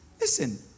Listen